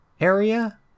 area